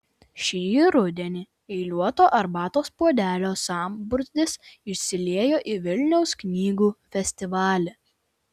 šį rudenį eiliuoto arbatos puodelio sambrūzdis išsiliejo į vilniaus knygų festivalį